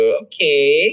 okay